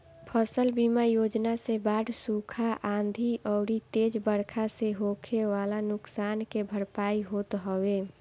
फसल बीमा योजना से बाढ़, सुखा, आंधी अउरी तेज बरखा से होखे वाला नुकसान के भरपाई होत हवे